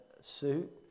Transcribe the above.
suit